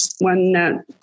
one